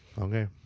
Okay